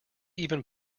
even